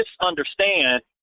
misunderstand